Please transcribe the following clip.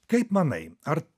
kaip manai ar